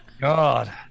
God